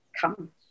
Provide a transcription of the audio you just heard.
come